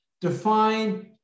define